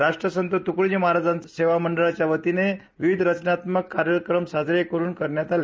राष्ट्रसंत त्कडोजी महाराज सेवा मंडळाच्या वतीनं विविध रचणात्मक कार्यक्रम साजरे करण्यात आले